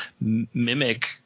Mimic